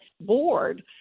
board